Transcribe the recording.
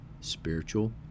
spiritual